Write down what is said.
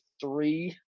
three